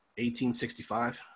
1865